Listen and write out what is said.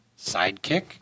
Sidekick